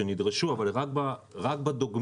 שנדרשו אבל רק בקרב הדוגמים.